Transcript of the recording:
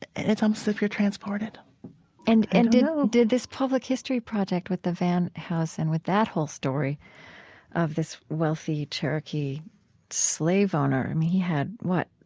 and it's almost as if you're transported and and did um did this public history project with the vann house and with that whole story of this wealthy cherokee slave owner, i mean, he had, what,